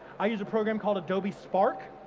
i use a program called adobe spark,